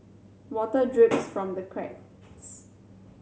water drips from the cracks